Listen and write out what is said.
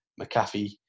McAfee